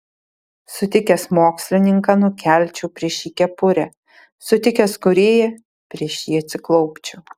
sutikęs mokslininką nukelčiau prieš jį kepurę sutikęs kūrėją prieš jį atsiklaupčiau